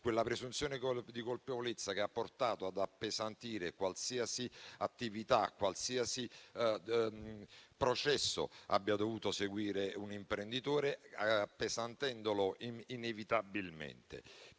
una presunzione di colpevolezza, che ha portato ad appesantire qualsiasi attività e qualsiasi processo abbia dovuto seguire un imprenditore, appesantendolo inevitabilmente.